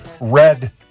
Red